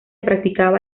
practicaba